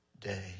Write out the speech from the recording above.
day